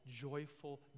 joyful